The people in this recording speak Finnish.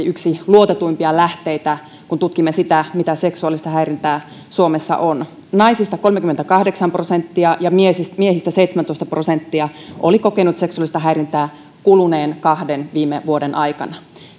yksi luotetuimpia lähteitä kun tutkimme sitä mitä seksuaalista häirintää suomessa on naisista kolmekymmentäkahdeksan prosenttia ja miehistä miehistä seitsemäntoista prosenttia oli kokenut seksuaalista häirintää kuluneen kahden viime vuoden aikana